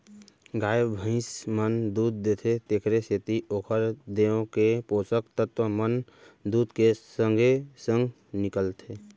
गाय भइंस मन दूद देथे तेकरे सेती ओकर देंव के पोसक तत्व मन दूद के संगे संग निकलथें